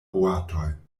boatoj